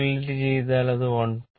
calculate ചെയ്താൽ അത് 1